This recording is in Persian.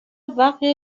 وقی